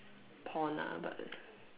porn ah but